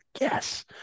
yes